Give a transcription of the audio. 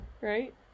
right